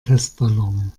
testballon